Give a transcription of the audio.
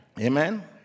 Amen